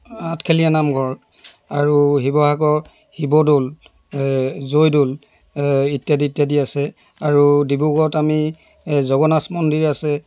আঠখেলীয়া নামঘৰ আৰু শিৱসাগৰ শিৱদৌল এই জয়দৌল এই ইত্যাদি ইত্যাদি আছে আৰু ডিব্ৰুগড়ত আমি এই জগন্নাথ মন্দিৰ আছে